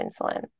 insulin